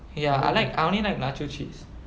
ya I like I only like nacho cheese